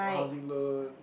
housing loan